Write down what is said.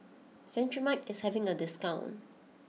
Cetrimide is having a discount